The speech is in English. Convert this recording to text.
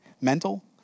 mental